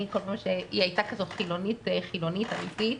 היא הייתה חילונית אמיתית,